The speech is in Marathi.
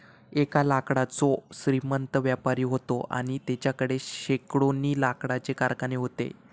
एक लाकडाचो श्रीमंत व्यापारी व्हतो आणि तेच्याकडे शेकडोनी लाकडाचे कारखाने व्हते